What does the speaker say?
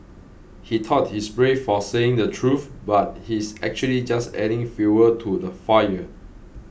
he thought he's brave for saying the truth but he's actually just adding fuel to the fire